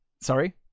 sorry